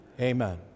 amen